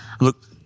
Look